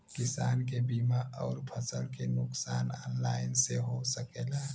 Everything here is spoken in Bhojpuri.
किसान के बीमा अउर फसल के नुकसान ऑनलाइन से हो सकेला?